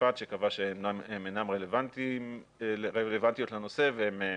המשפט קבע שהן אינן רלוונטיות לנושא והן